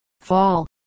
fall